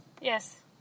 Yes